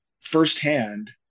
firsthand